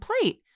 plate